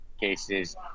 cases